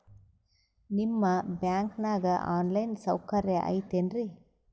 ನಿಮ್ಮ ಬ್ಯಾಂಕನಾಗ online ಸೌಕರ್ಯ ಐತೇನ್ರಿ?